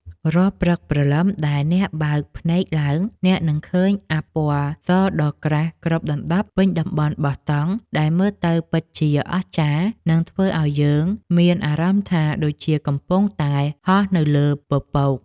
រាល់ព្រឹកព្រលឹមដែលអ្នកបើកភ្នែកឡើងអ្នកនឹងឃើញអ័ព្ទពណ៌សដ៏ក្រាស់គ្របដណ្ដប់ពេញតំបន់បោះតង់ដែលមើលទៅពិតជាអស្ចារ្យ និង ធ្វើឱ្យយើងមានអារម្មណ៍ថាដូចជាកំពុងតែហោះនៅលើពពក។